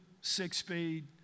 six-speed